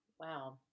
Wow